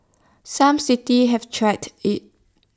some cities have tried IT